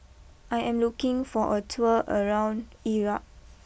I am looking for a tour around Iraq